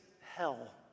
hell